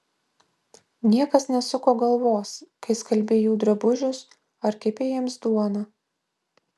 niekas nesuko galvos kai skalbei jų drabužius ar kepei jiems duoną